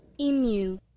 Emu